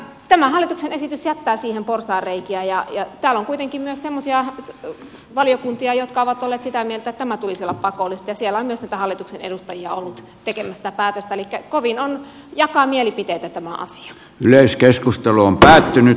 tämä hallituksen esitys jättää siihen porsaanreikiä ja täällä on kuitenkin myös semmoisia valiokuntia jotka ovat olleet sitä mieltä että tämän tulisi olla pakollista ja siellä on myös hallituksen edustajia ollut tekemässä tätä päätöstä elikkä kovin jakaa mielipiteitä tämä asia